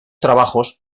trabajos